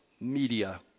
media